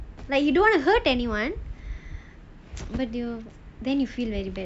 like you don't want to hurt anyone but then you feel very bad for it